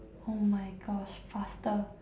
oh my gosh faster